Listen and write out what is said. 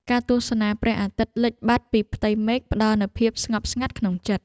ការទស្សនាព្រះអាទិត្យលិចបាត់ពីផ្ទៃមេឃ ផ្តល់នូវភាពស្ងប់ស្ងាត់ក្នុងចិត្ត។